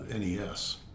NES